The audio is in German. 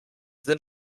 sind